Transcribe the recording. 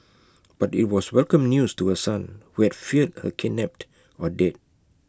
but IT was welcome news to her son who had feared her kidnapped or dead